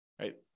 right